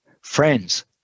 friends